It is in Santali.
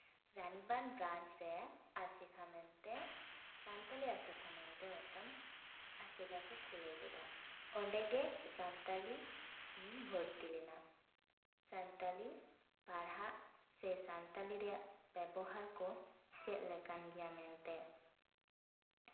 ᱨᱟᱱᱤᱵᱟᱸᱫᱷ ᱵᱨᱟᱱᱪ ᱨᱮ ᱟᱥᱮᱠᱟ ᱢᱮᱱᱛᱮ ᱥᱟᱱᱛᱟᱲᱤ ᱟᱥᱮᱠᱟ ᱢᱮᱱᱛᱮ ᱢᱤᱫᱴᱟᱝ ᱟᱥᱮᱠᱟ ᱠᱚ ᱠᱷᱩᱞᱟᱹᱣ ᱞᱮᱫᱟ ᱚᱸᱰᱮᱜᱮ ᱥᱟᱱᱛᱟᱲᱤ ᱤᱧ ᱵᱷᱚᱨᱛᱤ ᱞᱮᱱᱟ ᱥᱟᱱᱛᱟᱲᱤ ᱯᱟᱲᱦᱟᱜ ᱥᱮ ᱥᱟᱱᱛᱟᱲᱤ ᱨᱮ ᱵᱮᱵᱚᱦᱟᱨ ᱠᱚ ᱪᱮᱫ ᱞᱮᱠᱟᱱ ᱜᱮᱭᱟ ᱢᱮᱱᱛᱮ